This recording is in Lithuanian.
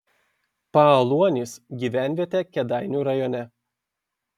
paaluonys gyvenvietė kėdainių rajone